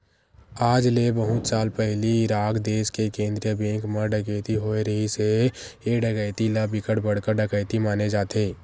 आज ले बहुत साल पहिली इराक देस के केंद्रीय बेंक म डकैती होए रिहिस हे ए डकैती ल बिकट बड़का डकैती माने जाथे